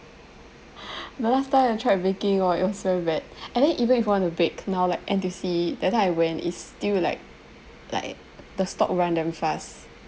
the last time I tried baking !wah! it was very bad and then even if want to bake now like N_T_U_C then I went is still like like the stock run damn fast